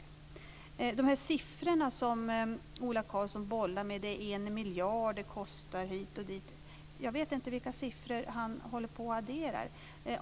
Ola Karlsson bollar med siffror och säger att det kostar en miljard hit och dit. Jag vet inte vilka siffror han håller på och adderar.